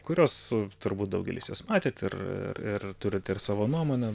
kurias turbūt daugelis jūs matėt ir turit ir savo nuomonę